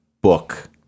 book